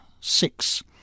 six